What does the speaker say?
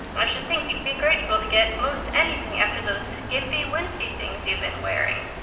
i should think you'd be grateful to get most anything after those skimpy wincey things you've been wearing.